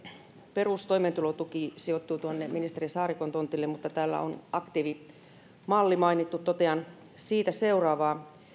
perustoimeentulotuki sijoittuu ministeri saarikon tontille mutta täällä on aktiivimalli mainittu ja totean siitä seuraavaa